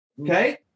Okay